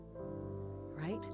Right